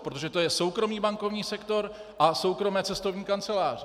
Protože to je soukromý bankovní sektor a soukromé cestovní kanceláře.